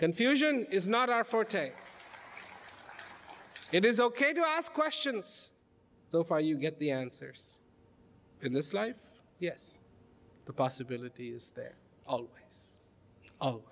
confusion is not our forte it is ok to ask questions so far you get the answers in this life yes the possibility is there oh